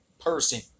person